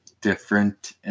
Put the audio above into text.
different